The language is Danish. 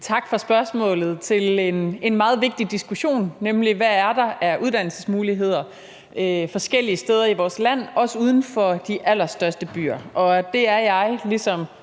Tak for spørgsmålet til en meget vigtig diskussion, nemlig hvad der er af uddannelsesmuligheder forskellige steder i vores land, også uden for de allerstørste byer, og det er jeg ligesom